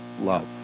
love